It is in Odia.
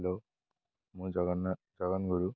ହ୍ୟାଲୋ ମୁଁ ଜଗନ୍ନାଥ ଜଗନ୍ ଗୁରୁ